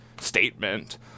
statement